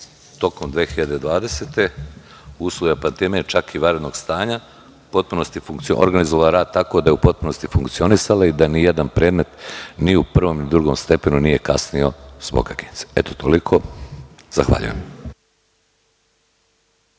tokom 2020. godine, u uslovima pandemije, čak i vanrednog stanja, organizovala rad tako da je u potpunosti funkcionisala i da nijedan predmet ni u prvom ni u drugom stepenu nije kasnio zbog Agencije. Eto, toliko. Zahvaljujem.